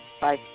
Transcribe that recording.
Bye